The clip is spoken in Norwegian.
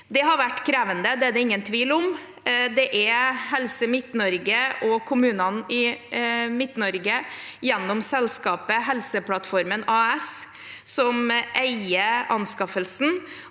Det har vært krevende, det er det ingen tvil om. Det er Helse Midt-Norge og kommunene i Midt-Norge, gjennom selskapet Helseplattformen AS, som eier anskaffelsen,